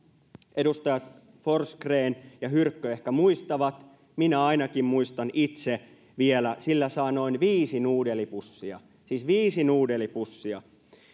edustajat forsgren ja hyrkkö ehkä muistavat minä ainakin muistan itse vielä että sillä saa noin viisi nuudelipussia siis viisi nuudelipussia